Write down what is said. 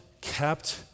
kept